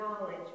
knowledge